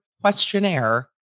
questionnaire